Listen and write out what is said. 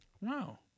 Wow